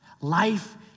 Life